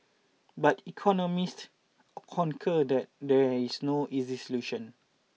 but economists concur that there is no easy solution